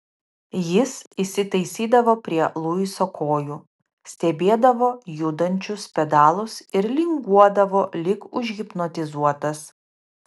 jis įsitaisydavo prie luiso kojų stebėdavo judančius pedalus ir linguodavo lyg užhipnotizuotas